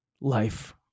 life